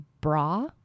bra